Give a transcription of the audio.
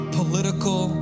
political